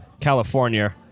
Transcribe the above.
California